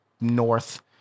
North